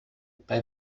bei